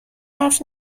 حرف